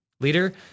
Leader